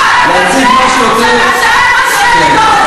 היה ראוי ששר האוצר ישב